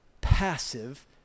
passive